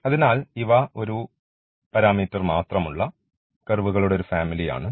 അതിനാൽ ഇവ ഒരു പരാമീറ്റർ മാത്രമുള്ള കർവുകളുടെ ഒരു ഫാമിലി ആണ്